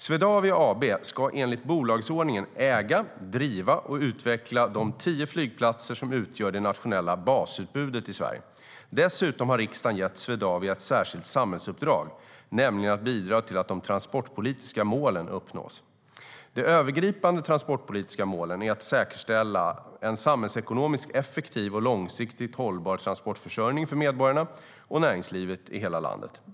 Swedavia AB ska enligt bolagsordningen äga, driva och utveckla de tio flygplatser som utgör det nationella basutbudet i Sverige. Dessutom har riksdagen gett Swedavia ett särskilt samhällsuppdrag, nämligen att bidra till att de transportpolitiska målen uppnås. Det övergripande transportpolitiska målet är att säkerställa en samhällsekonomiskt effektiv och långsiktigt hållbar transportförsörjning för medborgarna och näringslivet i hela landet.